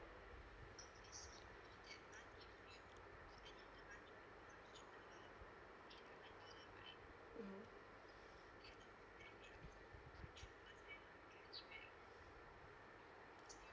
mmhmm